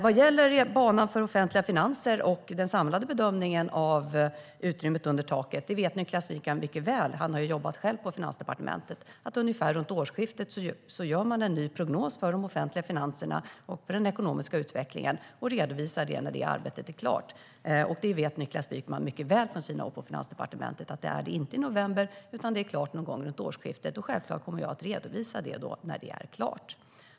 Vad gäller banan för offentliga finanser och den samlade bedömningen av utrymmet under taket vet Niklas Wykman mycket väl - han har ju själv jobbat på Finansdepartementet - att man ungefär runt årsskiftet gör en ny prognos för de offentliga finanserna och för den ekonomiska utvecklingen. Man redovisar detta när arbetet är klart. Niklas Wykman vet från sina år på Finansdepartementet mycket väl att det inte sker i november utan att det är klart någon gång runt årsskiftet. Självklart kommer jag att redovisa det när det är klart.